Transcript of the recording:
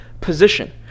position